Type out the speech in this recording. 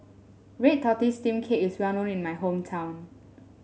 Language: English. Red Tortoise Steamed Cake is well known in my hometown